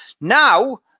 Now